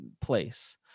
place